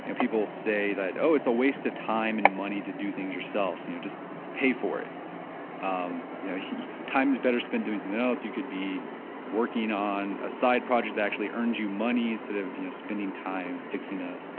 and people say that, oh! it's a waste of time and money to do things yourself, you know just pay for it um you know time is better spent doing something else. you could be working on a side project that actually earns you money sort of spending time, fixing a,